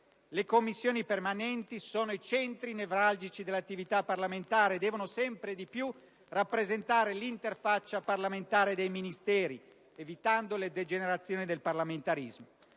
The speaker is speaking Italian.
Le Commissioni permanenti sono i centri nevralgici dell'attività parlamentare e devono sempre più rappresentare l'interfaccia parlamentare dei Ministeri, evitando le degenerazioni del parlamentarismo.